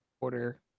order